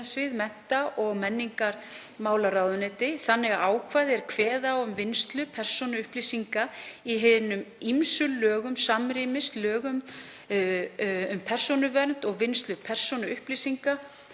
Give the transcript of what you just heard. þannig að ákvæði er kveða á um vinnslu persónuupplýsinga í hinum ýmsu lögum samrýmist lögum um persónuvernd og vinnslu persónuupplýsinga,